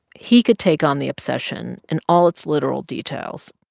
he could take on the obsession in all its literal details,